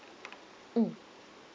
mmhmm